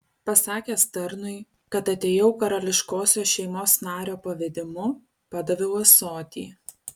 pasakęs tarnui kad atėjau karališkosios šeimos nario pavedimu padaviau ąsotį